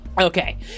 Okay